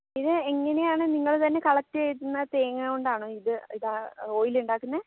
ഇത് എങ്ങനെയാണ് നിങ്ങൾ തന്നെ കളെക്റ്റ് ചെയ്യുന്ന തേങ്ങ കൊണ്ടാണോ ഇത് ഇത് ആ ഓയിൽ ഉണ്ടാക്കുന്നത്